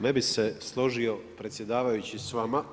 Ne bih se složio predsjedavajući, s vama.